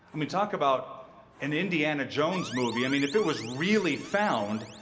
i mean, talk about an indiana jones movie. i mean, if it was really found,